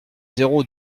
zéro